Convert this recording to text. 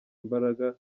imbaraga